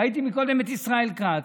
ראיתי קודם את ישראל כץ,